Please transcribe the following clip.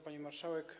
Pani Marszałek!